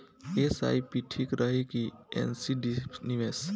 SIP ठीक रही कि एन.सी.डी निवेश?